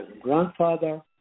grandfather